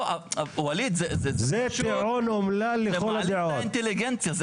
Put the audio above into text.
לא, ווליד, זה פשוט, זה מעליב את האינטליגנציה.